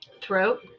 Throat